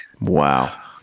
Wow